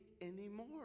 anymore